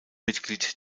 mitglied